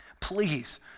please